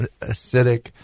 acidic